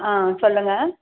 ஆ சொல்லுங்கள்